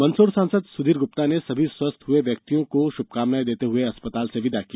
मंदसौर सांसद सुधीर गुप्ता ने सभी स्वस्थ हुए व्यक्तियों को शुभकामनाएं देते हुए अस्पताल से बिदा किया